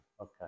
Okay